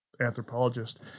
anthropologist